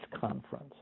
Conference